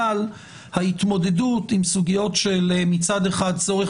אבל ההתמודדות עם הסוגיות מהצד של הצורך